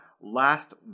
last